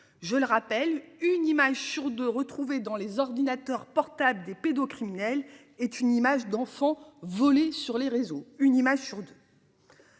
je le rappelle, une image sur 2 retrouver dans les ordinateurs portables des pédocriminels est une image d'enfants volés sur les réseaux une image sur deux.